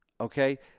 okay